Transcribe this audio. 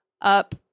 up